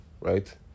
right